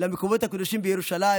בו למקומות הקדושים בירושלים,